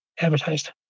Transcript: advertised